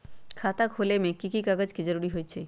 खाता खोले में कि की कागज के जरूरी होई छइ?